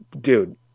Dude